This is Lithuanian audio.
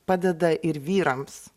padeda ir vyrams